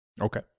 Okay